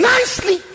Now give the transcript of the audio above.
Nicely